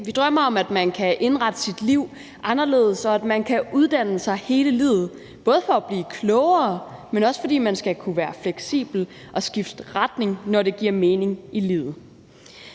Vi drømmer om, at man kan indrette sit liv anderledes, og at man kan uddanne sig hele livet, både for at blive klogere, men også fordi man skal kunne være fleksibel og skifte retning, når det giver mening i livet.